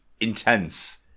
intense